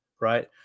right